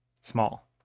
small